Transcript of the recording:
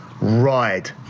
ride